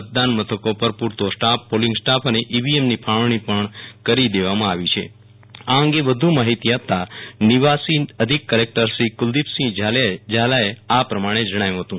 મતદાન મથકો પર પુરતો સ્ટાફ પોલીંગ સ્ટાફ અને ઈવીએમની ફાળવણી પણ કરી દેવામાં આવી છે આ અંગે વધુ માહિતી આપતા નિવાસી અધિક કલેકટર શ્રી કુલદીપસિંહ ઝાલાએ આ પ્રમાણે જણાવ્યું હતું